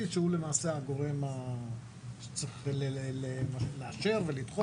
שהוא למעשה הגורם שצריך לאשר ולדחוף.